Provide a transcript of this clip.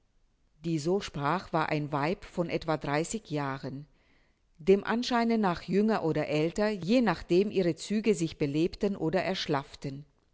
die so sprach war ein weib von etwa dreißig jahren dem anscheine nach jünger oder älter je nachdem ihre züge sich belebten oder erschlafften